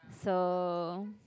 so